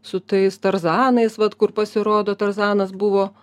su tais tarzanais vat kur pasirodo tarzanas buvo